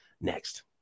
next